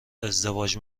ازدواج